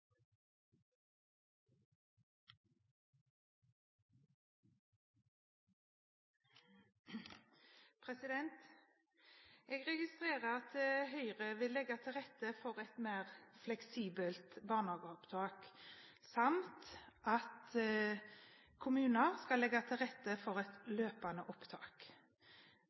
Jeg registrerer at Høyre vil legge til rette for et mer fleksibelt barnehageopptak samt at kommuner skal legge til rette for et løpende opptak.